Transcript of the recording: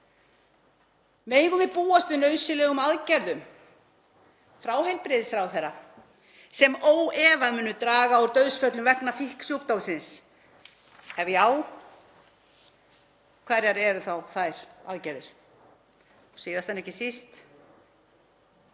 Megum við búast við nauðsynlegum aðgerðum frá heilbrigðisráðherra sem óefað munu draga úr dauðsföllum vegna fíknisjúkdómsins? Ef já, hverjar eru þá þær aðgerðir? Og síðast en ekki síst: